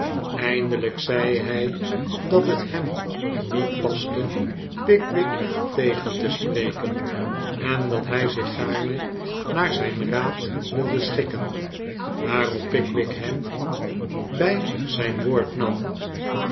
eindelijk zei hij dat het hem niet paste pickwick tegen te spreken en dat hij zicli gaarne naar zijn raad wilde schikken waarop pickwick hem bij zijn woord nam